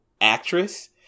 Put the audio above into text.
actress